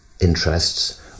interests